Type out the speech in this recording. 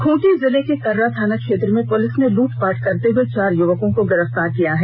खूंटी जिला के कर्रा थाना क्षेत्र में पुलिस ने लुटपाट करते चार युवकों को गिरफ्तार किया है